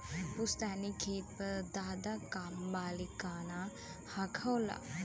पुस्तैनी खेत पर दादा क मालिकाना हक होला